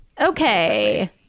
okay